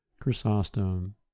chrysostom